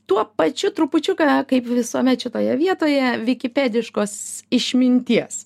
tuo pačiu trupučiuką kaip visuomet šitoje vietoje vikipediškos išminties